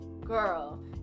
Girl